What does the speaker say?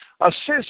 assist